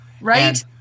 right